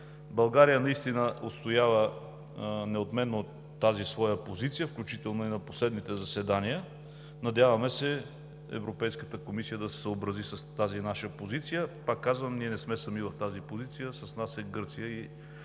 България наистина отстоява неотменно от тази своя позиция, включително и на последните заседания. Надяваме се Европейската комисия да се съобрази с тази наша позиция. Пак казвам, ние не сме сами в тази позиция – с нас са Гърция и Кипър като